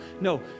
No